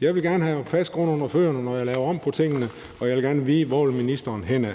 Jeg vil gerne have fast grund under fødderne, når jeg laver om på tingene, og jeg vil gerne vide, hvor ministeren vil henad.